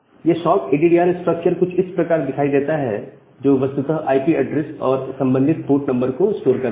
यह sockaddr structure कुछ इस प्रकार दिखाई देता है जो कि वस्तुतः आईपी एड्रेस और संबंधित पोर्ट नंबर को स्टोर करता है